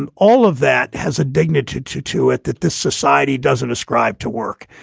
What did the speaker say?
and all of that has a dignity, too, to it that this society doesn't ascribe to work.